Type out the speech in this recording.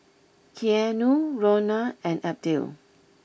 Keanu Rhona and Abdiel